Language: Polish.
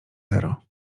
zero